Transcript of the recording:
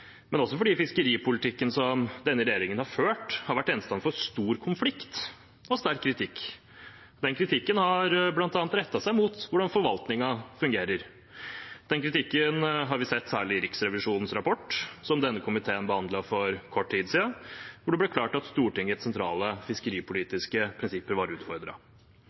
fordi fiskeripolitikken som denne regjeringen har ført, har vært gjenstand for stor konflikt og sterk kritikk. Den kritikken har bl.a. rettet seg mot hvordan forvaltningen fungerer. Den kritikken har vi sett særlig i Riksrevisjonens rapport som denne komiteen behandlet for kort tid siden, hvor det ble klart at Stortingets sentrale fiskeripolitiske prinsipper var